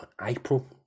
April